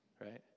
right